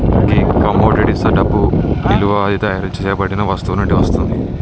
గీ కమొడిటిస్తా డబ్బు ఇలువ అది తయారు సేయబడిన వస్తువు నుండి వస్తుంది